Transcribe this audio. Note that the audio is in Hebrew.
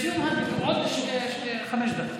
בסיום הדיון, עוד חמש דקות,